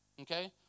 okay